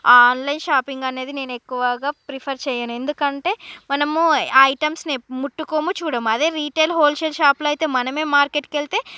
online షాపింగనేది నేను ఎక్కువగా ప్రిఫర్ చేయను ఎందుకంటే మనము ఐటెంసుని ముట్టుకోము చూడము అదే రిటైల్ హోల్సేల్ షాపులో అయితే మనమే మార్కెటుకి వెళ్తే